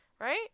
right